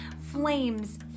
Flames